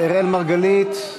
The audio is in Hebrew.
ואראל מרגלית.